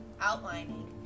outlining